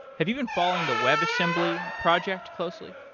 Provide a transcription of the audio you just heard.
have you been following the web assembly project closely?